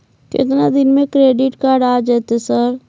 केतना दिन में क्रेडिट कार्ड आ जेतै सर?